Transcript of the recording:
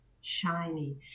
shiny